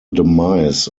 demise